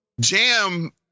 jam